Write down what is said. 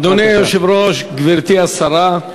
אדוני היושב-ראש, גברתי השרה,